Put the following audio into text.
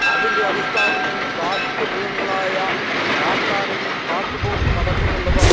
അതിൻ്റെ അടിസ്ഥാനത്തിൽ കാട്ടുമൃഗങ്ങളായ കാട്ടാനയും കാട്ടുപോത്തുമടക്കമുള്ളവ